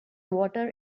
water